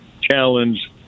challenge